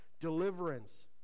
Deliverance